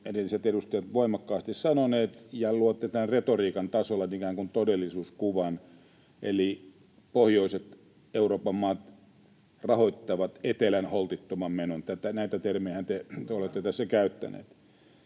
edelliset edustajat ovat voimakkaasti sanoneet ja luoneet retoriikan tasolla ikään kuin todellisuuskuvan, että pohjoiset Euroopan maat rahoittavat etelän holtittoman menon — näitä termejähän te olette tässä käyttäneet.